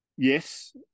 Yes